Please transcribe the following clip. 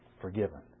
forgiven